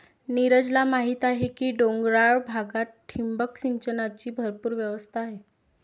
नीरजला माहीत आहे की डोंगराळ भागात ठिबक सिंचनाची भरपूर व्यवस्था आहे